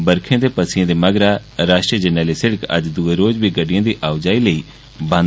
बरखें ते पस्सियां दे बाद राष्ट्रीय जरनैली सड़क अज्ज दूए रोज बी गड्डियें दी आओ जाई लेई बंद